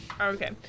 Okay